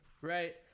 right